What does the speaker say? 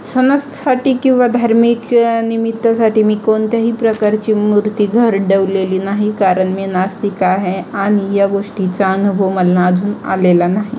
सनससाटी किंवा धार्मिक निमित्तसाठी मी कोणत्याही प्रकारची मूर्ती घरडवलेली नाही कारण मी नास्तिक आहे आणि या गोष्टीचा अनुभव मला अजून आलेला नाही